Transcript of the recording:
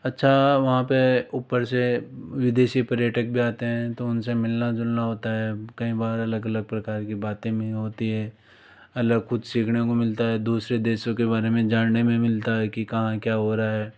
अच्छा वहाँ पर ऊपर से विदेशी पर्यटक भी आते हैं तो उनसे मिलना जुलना होता है कई बार अलग अलग प्रकार की बातें भी होती हैं अलग कुछ सीखने को मिलता है दुसरे देशों के बारे में जानने भी मिलता है कि कहाँ क्या हो रहा है